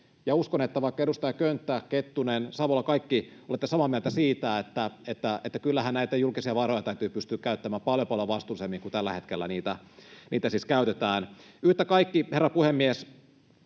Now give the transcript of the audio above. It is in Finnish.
Uskon, että edustajat Könttä, Kettunen, Savola, kaikki olette samaa mieltä siitä, että kyllähän näitä julkisia varoja täytyy pystyä käyttämään paljon, paljon vastuullisemmin kuin tällä hetkellä niitä siis käytetään. Herra puhemies!